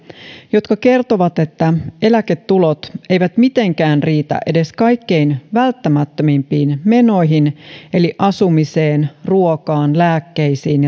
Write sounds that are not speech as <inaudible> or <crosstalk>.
jotka kertovat että eläketulot eivät mitenkään riitä edes kaikkein välttämättömimpiin menoihin eli asumiseen ruokaan lääkkeisiin <unintelligible>